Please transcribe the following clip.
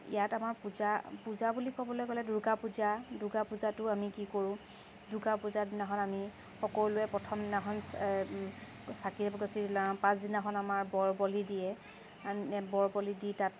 ইয়াত আমাৰ পূজা পূজা বুলি ক'বলৈ গ'লে দূৰ্গা পূজা দূৰ্গা পূজাতো আমি কি কৰোঁ দূৰ্গা পূজাৰদিনাখন আমি সকলোৱে প্ৰথম দিনাখন চাকি এগছি জলাওঁ পাছদিনাখন আমাৰ বৰ বলি দিয়ে বৰ বলি দি তাত